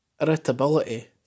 irritability